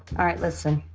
all right, listen.